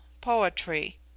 poetry